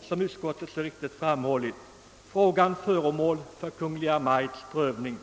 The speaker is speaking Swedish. Såsom utskottet framhållit är frågan föremål för Kungl. Maj:ts prövning.